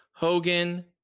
Hogan